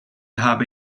habe